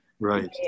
Right